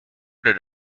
did